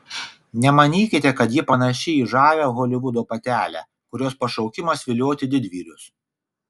nemanykite kad ji panaši į žavią holivudo patelę kurios pašaukimas vilioti didvyrius